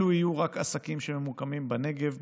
אלו יהיו רק עסקים שממוקמים בנגב,